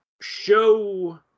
show